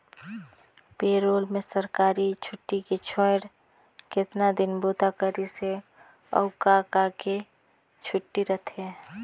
पे role में सरकारी छुट्टी के छोएड़ केतना दिन बूता करिस हे, अउ का का के छुट्टी रथे